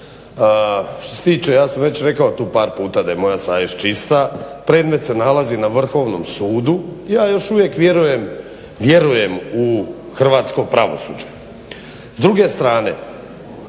Što se tiče, ja sam već rekao tu par puta da je moja savjest čista, predmet se nalazi na Vrhovnom sudu i ja još uvijek vjerujem u hrvatsko pravosuđe.